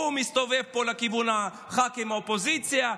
הוא מסתובב פה לכיוון הח"כים מהאופוזיציה,